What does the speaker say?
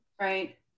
right